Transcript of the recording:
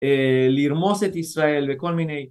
לרמוס את ישראל בכל מיני